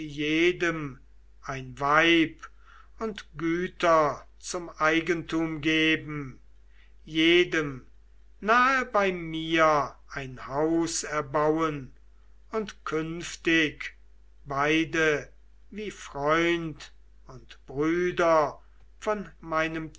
jedem ein weib und güter zum eigentum geben jedem nahe bei mir ein haus erbauen und künftig beide wie freund und brüder von meinem